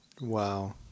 Wow